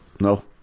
No